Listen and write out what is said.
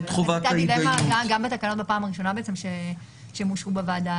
זאת הייתה דילמה גם בתקנות בפעם הראשונה שהם אושרו בוועדה.